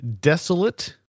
desolate